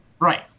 Right